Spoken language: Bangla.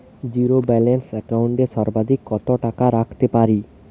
জীরো ব্যালান্স একাউন্ট এ সর্বাধিক কত টাকা রাখতে পারি?